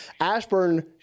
Ashburn –